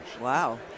Wow